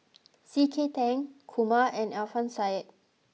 C K Tang Kumar and Alfian Sa'at